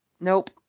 Nope